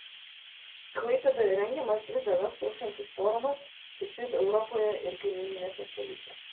klaipėdoje rengiamas tris dienas truksiantis forumas živ europoje ir kaimyninėse šalyse